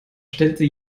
stellte